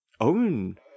own